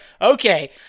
Okay